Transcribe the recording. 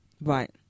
Right